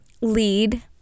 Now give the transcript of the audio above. lead